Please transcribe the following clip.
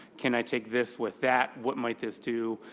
can i take this with that? what might this do?